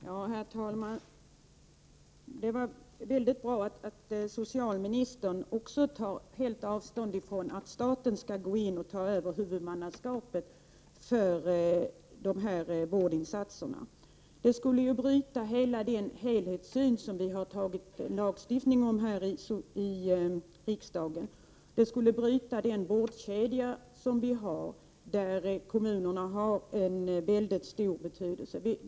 Herr talman! Det är mycket bra att också socialministern tar helt avstånd från tanken att staten skall ta över huvudmannaskapet för dessa vårdinsatser. Det skulle bryta den helhetssyn som riksdagen har lagstiftat om. Det skulle bryta den vårdkedja där kommunerna har en mycket stor betydelse.